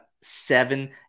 seven